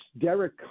Derek